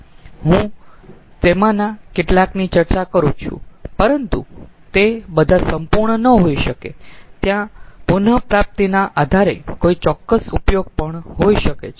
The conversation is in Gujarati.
હું તેમાંના કેટલાકની ચર્ચા કરું છું પરંતુ તે બધા સંપૂર્ણ ન હોઈ શકે ત્યાં પુનઃપ્રાપ્તિ ના આધારે કોઈ ચોક્કસ ઉપયોગ પણ હોઈ શકે છે